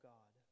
God